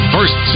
First